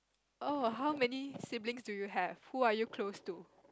oh how many siblings do you have who are you close to